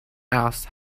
else